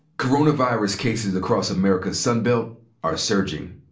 coronavirus cases across america's sunbelt are surging.